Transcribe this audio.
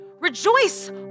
Rejoice